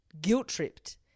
guilt-tripped